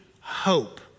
hope